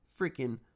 freaking